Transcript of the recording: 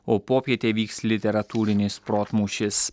o popietę vyks literatūrinis protmūšis